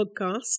podcast